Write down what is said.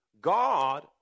God